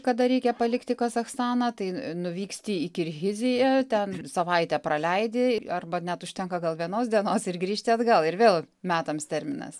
kada reikia palikti kazachstaną tai nuvyksti į kirhiziją ten savaitę praleidi arba net užtenka gal vienos dienos ir grįžti atgal ir vėl metams terminas